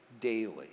daily